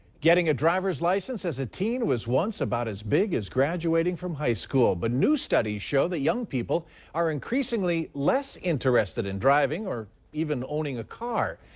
getting a driver's license as a teen was once about as big as graduating from high school. but new studies show young people are increasingly less interested in driving. or even owning a car.